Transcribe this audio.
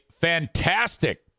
fantastic